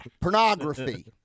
Pornography